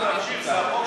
זו הפוליטיקה.